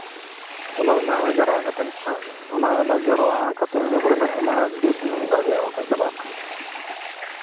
ᱚᱱᱟ ᱨᱮᱱᱟᱜ ᱡᱟᱨᱣᱟ ᱠᱟᱛᱮ ᱚᱱᱟ ᱨᱮᱱᱟ ᱡᱟᱨᱣᱟ ᱤᱱᱟᱹ ᱯᱚᱨᱮ ᱦᱟᱸᱜ ᱚᱱᱟ ᱫᱤᱱ ᱵᱷᱟᱜᱮᱜᱼᱟ ᱪᱟᱞᱟᱣ ᱠᱷᱟᱱ ᱫᱚ